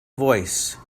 voice